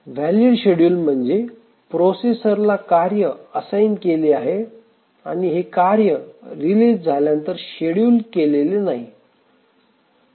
valid schedule म्हणजे processor ला कार्य असाइन केले आहे आणि हे कार्य रिलीज झाल्यानंतर शेड्युल केलेले नाही